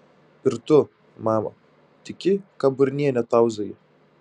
ir tu mama tiki ką burnienė tauzija